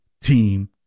team